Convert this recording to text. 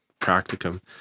practicum